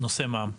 הוא נושא מע"מ.